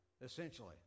essentially